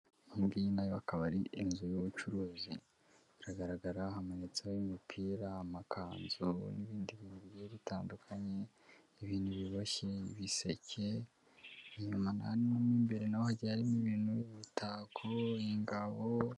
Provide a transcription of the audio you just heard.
Iyi ngiyi na yo akaba ari inzu y'ubucuruzi. Biragaragara hamanitseho imipira, amakanzu, n'ibindi bintu bigiye bitandukanye, ibintu biboshye, biseke, inyuma na hano mo imbere na ho hagiye harimo ibintu, imitako, ingabo,...